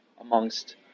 amongst